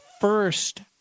first